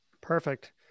Perfect